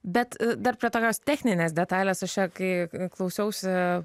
bet dar prie tokios techninės detalės su šia kai klausiausi